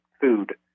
food